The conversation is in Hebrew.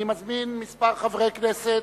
אני מזמין כמה חברי כנסת